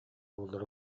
буоллар